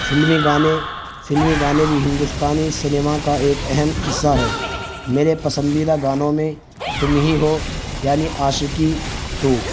فلمی گانے فلمی گانے بھی ہندوستانی سنیما کا ایک اہم حصہ ہیں میرے پسندیدہ گانوں میں تم ہی ہو یعنی عاشقی ٹو